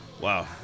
Wow